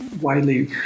widely